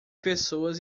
pessoas